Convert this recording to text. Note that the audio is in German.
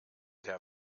der